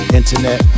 internet